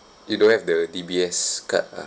you don't have the D_B_S card lah